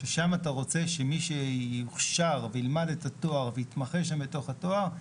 ושם אתה רוצה שמי שיוכשר וילמד את התואר ויתמחה בתוך התואר,